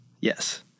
Yes